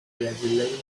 resilience